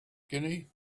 skinny